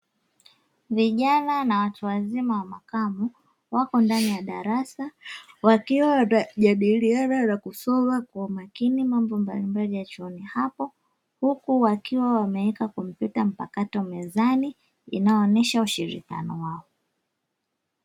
Vijana na watu wazima wa makamo, wapo ndani ya darasa, wakiwa wanajadiliana na kusoma kwa makini mambo mbali mbali ya chuoni hapo, huku wakiwa wameweka kompyuta mpakato mezani, inayoonesha ushirikiano wao.